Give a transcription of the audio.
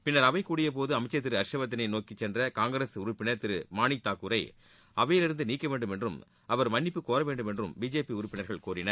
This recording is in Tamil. பின்னர் அவை கூடியபோது அமைச்சர் திரு ஹர்ஷ்வர்தனை நோக்கி சென்ற காங்கிரஸ் உறுப்பினர் திரு மாணிக்தாகூரை அவையிலிருந்து நீக்க வேண்டும் என்றும் அவர் மன்னிப்புகோர வேண்டும் என்றும் பிஜேபி உறுப்பினர்கள் கோரினர்